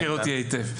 אני מכיר אותו היטב.